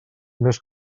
més